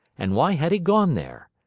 and why had he gone there?